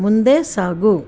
ಮುಂದೆ ಸಾಗು